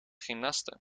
gymnaste